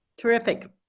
terrific